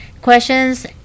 questions